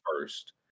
first